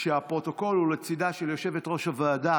כשהפרוטוקול הוא לצידה של יושבת-ראש הוועדה: